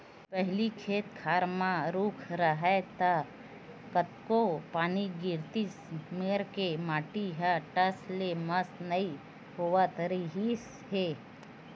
पहिली खेत खार म रूख राहय त कतको पानी गिरतिस मेड़ के माटी ह टस ले मस नइ होवत रिहिस हे